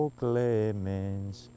clemens